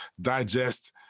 digest